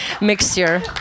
mixture